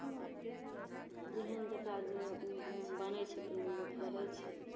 जेहन जकरा जे बनै छै ताहिमे लोक करै छै